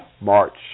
March